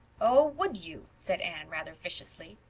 oh, would you? said anne, rather viciously.